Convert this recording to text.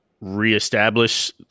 reestablish